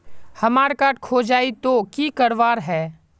हमार कार्ड खोजेई तो की करवार है?